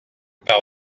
par